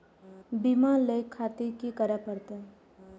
बीमा लेके खातिर की करें परतें?